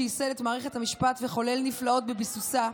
שייסד את מערכת המשפט וחולל נפלאות בביסוסה,